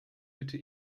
bitte